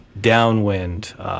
downwind